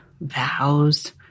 vows